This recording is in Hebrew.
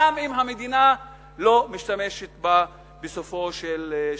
גם אם המדינה לא משתמשת בה בסופו של התהליך.